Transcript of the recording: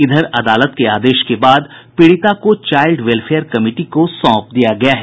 इधर अदालत के आदेश के बाद पीड़िता को चाइल्ड वेलफेयर कमिटी को सौंप दिया गया है